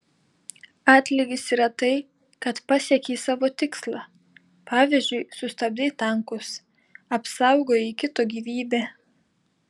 atlygis yra tai kad pasiekei savo tikslą pavyzdžiui sustabdei tankus apsaugojai kito gyvybę